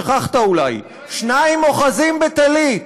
שכחת, אולי: שניים אוחזין בטלית.